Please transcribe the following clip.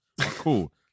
Cool